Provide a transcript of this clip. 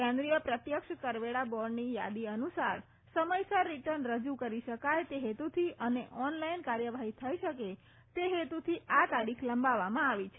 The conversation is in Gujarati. કેન્દ્રીય પ્રત્યક્ષ કરવેરા બોર્ડની યાદી અનુસાર સમયસર રીટર્ન રજુ કરી શકાય તે હેતુથી અને ઓનલાઈન કાર્યવાફી થઈ શકે તે ફેતુથી આ તારીખ લંબાવવામાં આવી છે